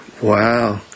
Wow